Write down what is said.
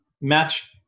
match